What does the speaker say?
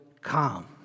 come